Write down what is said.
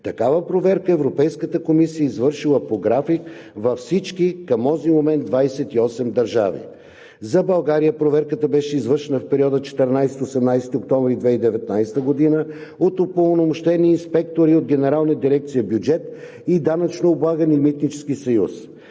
Такава проверка Европейската комисия е извършила по график във всички, към онзи момент, 28 държави. За България проверката беше извършена в периода 14 – 18 октомври 2019 г. от упълномощени инспектори от генералните дирекции „Бюджет“ и „Данъчно облагане и митнически съюз“.